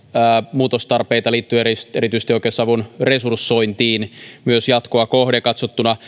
muutostarpeita liittyen erityisesti oikeusavun resursointiin myös jatkoa kohden katsottuna